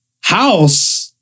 house